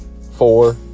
Four